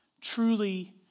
truly